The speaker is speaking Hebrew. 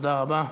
תודה רבה.